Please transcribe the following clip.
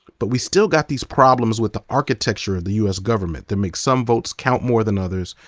but we still got these problems with the architecture of the u s. government that makes some votes count more than others,